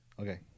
Okay